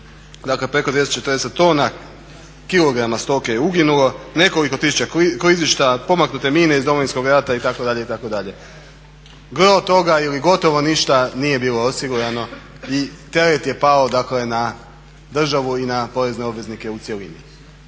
dakle preko 240 tona, kilograma stoke je uginulo, nekoliko tisuća klizišta, pomaknute mine iz Domovinskog rata itd., itd.. Gro toga, ili gotovo ništa nije bilo osigurano i teret je pao dakle na državu i na porezne obveznike u cjelini.